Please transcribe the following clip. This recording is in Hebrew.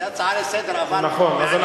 זו הצעה לסדר, זה נכון.